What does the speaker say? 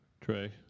Trey